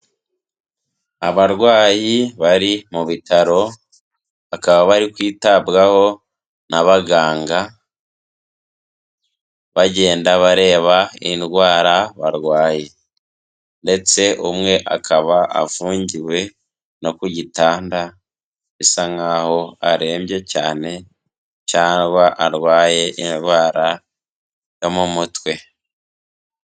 Abarwayi bari mu bitaro bakaba bari kwitabwaho n'abaganga, bagenda bareba indwara barwaye. Ndetse umwe akaba afungiwe no ku gitanda bisa nk'aho arembye cyane cyangwa arwaye indwara yo mu mutwe.